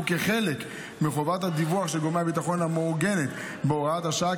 וכחלק מחובת הדיווח של גורמי הביטחון המעוגנת בהוראת השעה,